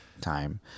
time